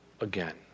again